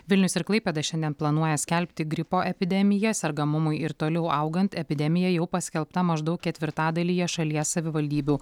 vilnius ir klaipėda šiandien planuoja skelbti gripo epidemiją sergamumui ir toliau augant epidemija jau paskelbta maždaug ketvirtadalyje šalies savivaldybių